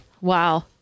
Wow